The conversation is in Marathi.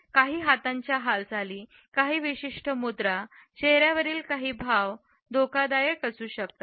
काही हातांच्या हालचाली काही विशिष्ट मुद्रा चेहर्यावरील काही भाव धोकादायक असू शकतात